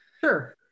Sure